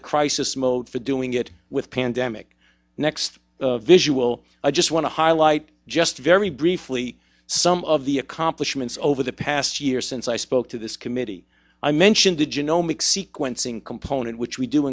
the crisis mode for doing it with pandemic next visual i just want to highlight just very briefly some of the accomplishments over the past year since i spoke to this committee i mentioned the genomic sequencing component which we do